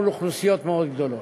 מול אוכלוסיות מאוד גדולות.